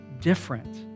different